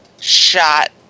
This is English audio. shot